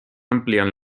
ampliant